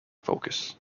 focus